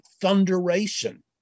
thunderation